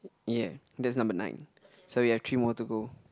ya that's number nine so we've three more to go